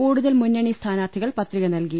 കൂടുതൽ മുന്നണി സ്ഥാനാർത്ഥികൾ പത്രിക നൽകി